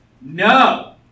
No